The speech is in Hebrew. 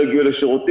לא הגיעו לשירותים,